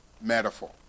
metaphor